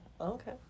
Okay